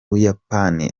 buyapani